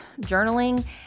journaling